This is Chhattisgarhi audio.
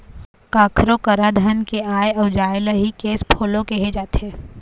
कखरो करा धन के आय अउ जाय ल ही केस फोलो कहे जाथे